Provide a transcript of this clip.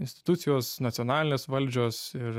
institucijos nacionalinės valdžios ir